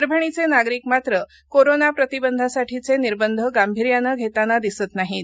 परभणीचे नागरिक मात्र कोरोनाच प्रतिबंधासाठीचे निबंध गांभिर्यानं घेताना दिसत नाहीत